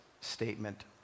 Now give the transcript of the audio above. statement